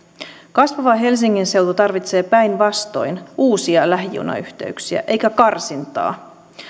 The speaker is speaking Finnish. kasvava helsingin seutu tarvitsee päinvastoin uusia lähijunayhteyksiä eikä karsintaa